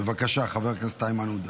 בבקשה, חבר הכנסת איימן עודה.